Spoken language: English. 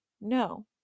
No